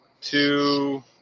two